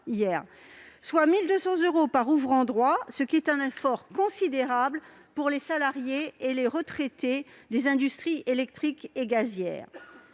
soit 1 200 euros par ayant droit, ce qui est un effort considérable pour les salariés et les retraités des industries électriques et gazières.